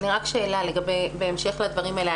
רק שאלה בהמשך לדברים האלה.